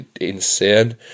insane